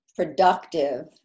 productive